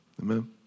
Amen